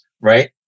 right